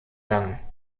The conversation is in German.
lang